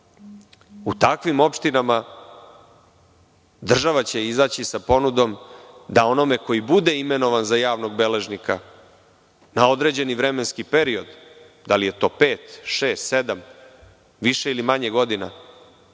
u takvim opštinama država će izaći sa ponudom da onome koji bude imenovan za javnog beležnika, na određeni vremenski period, da li je to pet, šest, sedam, više ili manje godina,